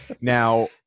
Now